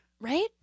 Right